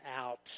out